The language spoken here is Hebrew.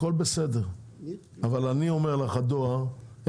הכול בסדר אבל אני אומר לך שהדואר הוא